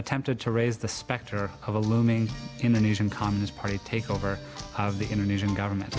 attempted to raise the specter of a looming in the news in communist party takeover of the in news in government